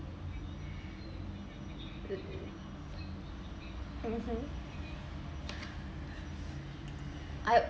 mmhmm I